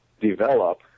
develop